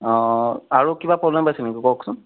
অঁ আৰু কিবা প্ৰব্লেম পাইছে নেকি কওকচোন